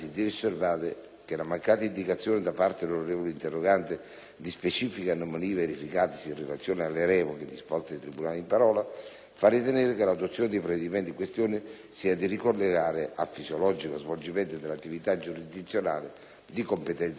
la mancata indicazione, da parte dell'onorevole interrogante, di specifiche anomalie verificatesi in relazione alle revoche disposte dai tribunali in parola, fa ritenere che l'adozione dei provvedimenti in questione sia da ricollegare al fisiologico svolgimento dell'attività giurisdizionale di competenza degli uffici.